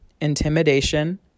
intimidation